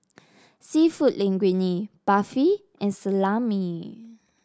seafood Linguine Barfi and Salami